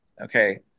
Okay